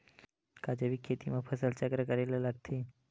का जैविक खेती म फसल चक्र करे ल लगथे?